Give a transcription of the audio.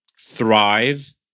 thrive